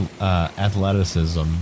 athleticism